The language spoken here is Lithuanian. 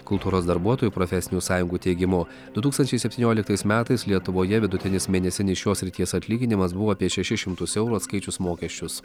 kultūros darbuotojų profesinių sąjungų teigimu du tūkstančiai septynioliktais metais lietuvoje vidutinis mėnesinis šios srities atlyginimas buvo apie šešis šimtus eurų atskaičius mokesčius